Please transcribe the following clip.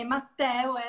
Matteo